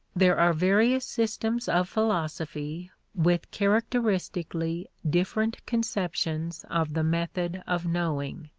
there are various systems of philosophy with characteristically different conceptions of the method of knowing.